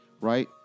Right